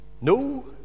no